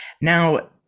Now